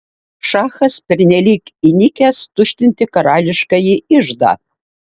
šachas pernelyg įnikęs tuštinti karališkąjį iždą